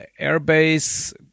airbase